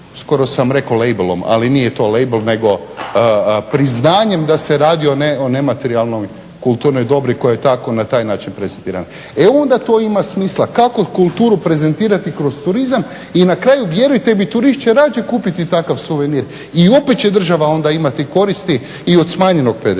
skoro sam rekao labelom, ali nije to label nego priznanjem da se radi o nematerijalnoj kulturnom dobru koji je tako na taj način prezentiran. E onda to ima smisla kako kulturu prezentirati kroz turizam i na kraju vjerujte mi turist će radije kupiti takav suvenir i opet će država onda imati koristi i od smanjenog PDV-a.